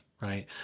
right